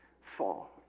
Fall